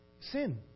Sin